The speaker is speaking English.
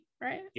right